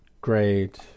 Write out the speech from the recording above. great